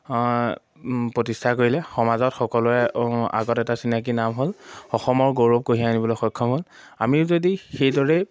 প্ৰতিষ্ঠা কৰিলে সমাজত সকলোৰে আগত এটা চিনাকি নাম হ'ল অসমৰ গৌৰৱ কঢ়িয়াই আনিবলৈ সক্ষম হ'ল আমিও যদি সেইদৰেই